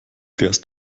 fährst